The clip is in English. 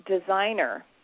designer